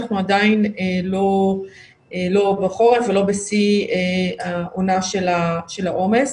אנחנו עדיין לא בחורף ולא בשיא העונה של העומס.